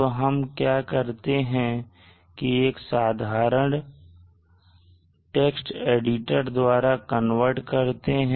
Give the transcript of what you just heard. तो हम क्या करते हैं कि हम एक साधारण टेक्स्ट एडिटर द्वारा कन्वर्ट करते हैं